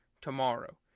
tomorrow